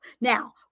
Now